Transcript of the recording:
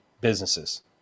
businesses